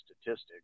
statistics